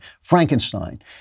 Frankenstein